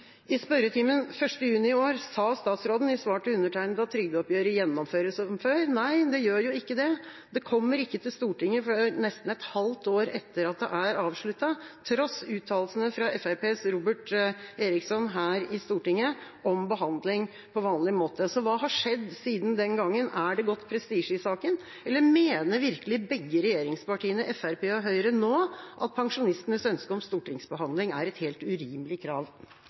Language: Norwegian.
I spørretimen 1. juni i år sa statsråden i svar til undertegnede at trygdeoppgjøret gjennomføres som før. Nei, det gjør jo ikke det. Det kommer ikke til Stortinget før nesten et halvt år etter at det er avsluttet, tross uttalelsene fra Fremskrittspartiets Robert Eriksson her i Stortinget om behandling på vanlig måte. Så hva har skjedd siden den gangen? Er det gått prestisje i saken, eller mener virkelig begge regjeringspartiene, Fremskrittspartiet og Høyre, nå at pensjonistenes ønske om stortingsbehandling er et helt urimelig krav?